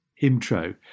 intro